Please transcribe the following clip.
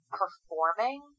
performing